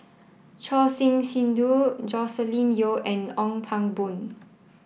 Choor Singh Sidhu Joscelin Yeo and Ong Pang Boon